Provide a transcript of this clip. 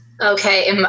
okay